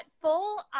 full